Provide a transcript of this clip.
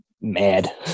mad